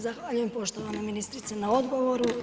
Zahvaljujem poštovana ministrice na odgovoru.